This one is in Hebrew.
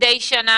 מדי שנה,